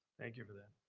thank you for that.